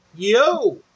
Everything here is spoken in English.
Yo